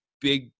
big